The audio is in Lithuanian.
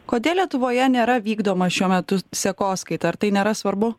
kodėl lietuvoje nėra vykdoma šiuo metu sekoskaita ar tai nėra svarbu